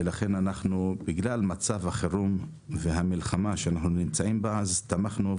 ולכן בגלל מצב החירום והמלחמה שאנחנו נמצאים בה אז תמכנו,